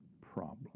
problem